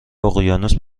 اقیانوس